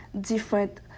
different